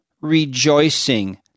rejoicing